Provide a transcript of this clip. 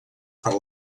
per